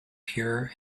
pure